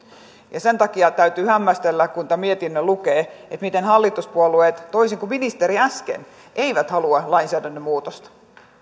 sen takia täytyy hämmästellä kun tämän mietinnön lukee miten hallituspuolueet toisin kuin ministeri äsken eivät halua lainsäädännön muutosta